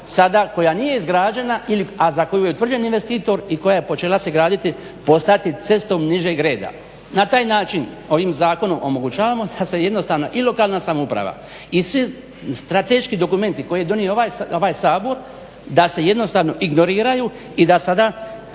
koja nije izgrađena a za koju je utvrđen investitor i koja se počela graditi postati cestom nižeg reda? Na taj način ovim zakonom omogućavamo da se jednostavno i lokalna samouprava i svi strateški dokumenti koje je donio Sabor da se jednostavno ignoriraju i da sada